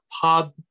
pub